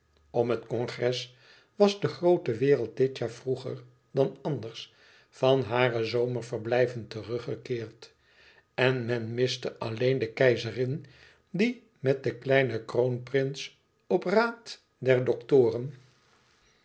om het congres was de groote wereld dit jaar vroeger dan anders van hare zomerverblijven teruggekeerd en men miste alleen de keizerin die met den kleinen kroonprins op raad der doktoren